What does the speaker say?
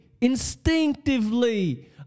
instinctively